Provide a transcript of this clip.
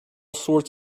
sorts